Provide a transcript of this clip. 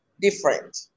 different